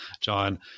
John